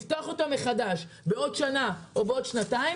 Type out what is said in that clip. לפתוח אותם מחדש בעוד שנה או בעוד שנתיים